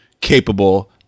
capable